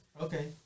Okay